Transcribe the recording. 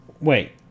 Wait